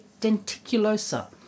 denticulosa